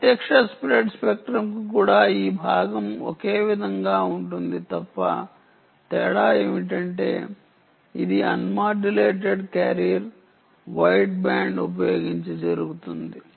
ప్రత్యక్ష స్ప్రెడ్ స్పెక్ట్రంకు కూడా ఈ భాగం ఒకే విధంగా ఉంటుంది తప్ప తేడా ఏమిటంటే ఇది unmodulated carrier white band ఉపయోగించి జరుగుతుంది